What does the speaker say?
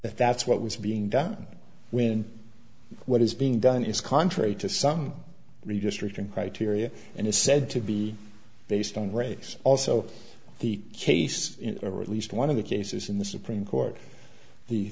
that that's what was being done when what is being done is contrary to some redistricting criteria and is said to be based on race also the case or at least one of the cases in the supreme court the